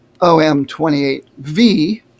OM-28V